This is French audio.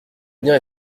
bien